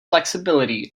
flexibility